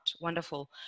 Wonderful